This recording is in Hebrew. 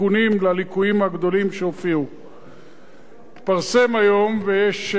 התפרסם היום, ויש כנראה פרסומים בדרך,